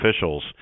officials